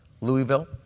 Louisville